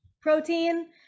protein